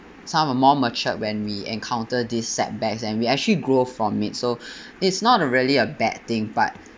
some are more matured when we encounter these setbacks and we actually grow from it so it's not really a bad thing but